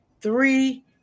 Three